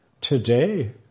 Today